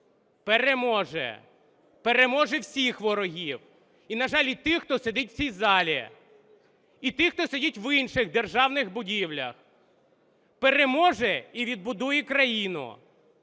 переможе, переможе всіх ворогів і, на жаль, і тих, хто сидить у цій залі, і тих, хто сидить в інших державних будівлях. Переможе і відбудує країну,